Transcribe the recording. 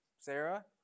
Sarah